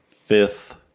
fifth